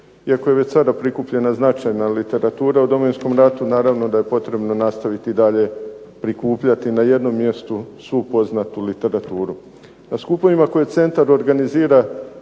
Iako je već sada prikupljena značajna literatura o Domovinskom ratu naravno da je potrebno nastaviti i dalje prikupljati na jednom mjestu svu poznatu literaturu. Na skupovima koje centar organizira